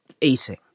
eating